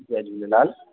Jay Jhulelal